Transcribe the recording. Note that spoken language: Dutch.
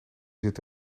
zit